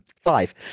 five